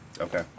Okay